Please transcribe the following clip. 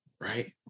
right